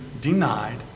denied